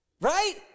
right